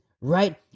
Right